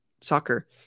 soccer